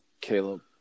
Caleb